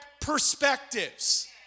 perspectives